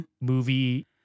movie